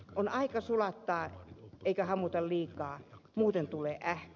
on aika sulattaa eikä hamuta liikaa muuten tulee ähky